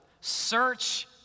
search